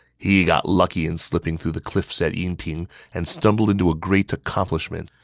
he got lucky in slipping through the cliffs at yinping and stumbled into a great accomplishment.